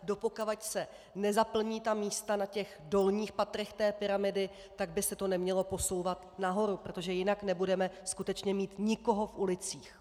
Dokud se nezaplní místa na těch dolních patrech té pyramidy, tak by se to nemělo posouvat nahoru, protože jinak nebudeme skutečně mít nikoho v ulicích.